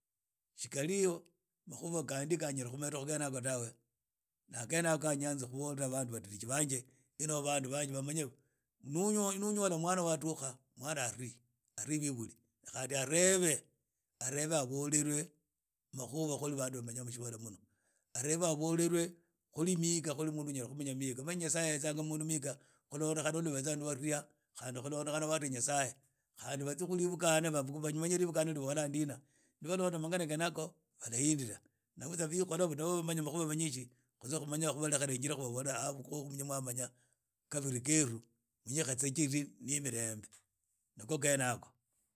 Tsikhari ho makhuba khandi kha nyala khumeda khu khene yakho ni akhene yakho kha nyanzile khubola batriki banje na bandu bamanye ni uyola mwana wadukha mwna arie arie bibuli na khandi arebe amanye khuli bandu bamenya mutsibala muno arebe amanye khuli unyala khumenya khuli mihikha khuli mundu anayala khumenya mwihikha umanye nyasaye ahetsanga mundu mihikha khuolondekhana khuli mundu wabetsa walia na khandi khulondekhana tsu warhia nyasaye khandi batsie mwibukhana bamanye libukhana libola ndina ni balonda mangana khene yakho balahindira na butsa bilhola nib o bamanya makhuba mengi khutsa khumanaya babola makhuba khe mirembe ni kho khene yakho.